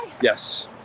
yes